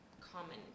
common